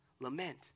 Lament